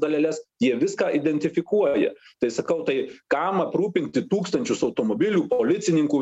daleles jie viską identifikuoja tai sakau tai kam aprūpinti tūkstančius automobilių policininkų